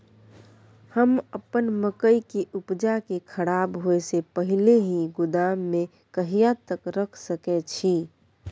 हम अपन मकई के उपजा के खराब होय से पहिले ही गोदाम में कहिया तक रख सके छी?